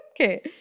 Okay